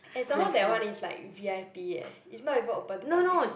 and some more that one is like v_i_p eh it's not even open to public